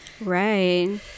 Right